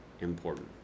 important